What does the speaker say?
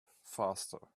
faster